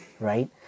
right